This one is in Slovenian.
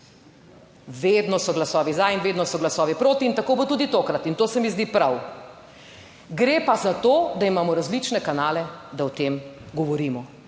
Vedno so glasovi za in vedno so glasovi proti in tako bo tudi tokrat. In to se mi zdi prav. Gre pa za to, da imamo različne kanale, da o tem govorimo.